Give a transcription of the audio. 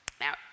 Now